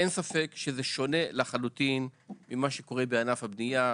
אין ספק שזה שונה לחלוטין ממה שקורה בענף הבניה,